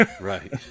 Right